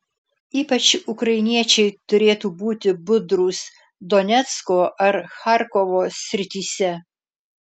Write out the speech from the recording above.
ypač ukrainiečiai turėtų būti budrūs donecko ar charkovo srityse